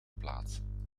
plaatsen